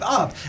up